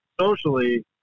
socially